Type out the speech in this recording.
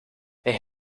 hij